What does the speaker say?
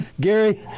Gary